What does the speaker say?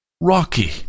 rocky